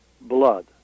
blood